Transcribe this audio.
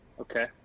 Okay